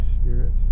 Spirit